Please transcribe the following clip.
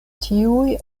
tiuj